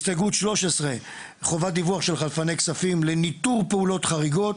הסתייגות 13: "חובת דיווח של חלפני כספים לניטור פעולות חריגות".